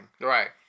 Right